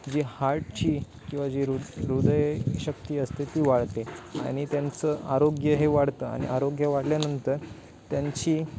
जी हार्टची किंवा जी रो हृदय शक्ती असते ती वाढते आणि त्यांचं आरोग्य हे वाढतं आणि आरोग्य वाढल्यानंतर त्यांची